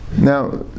Now